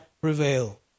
prevail